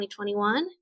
2021